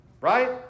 right